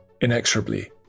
inexorably